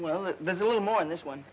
well there's a little more in this one